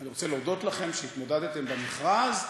אני רוצה להודות לכם שהתמודדתם במכרז,